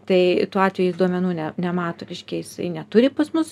tai tuo atveju jei duomenų ne nemato reiškia jisai neturi pas mus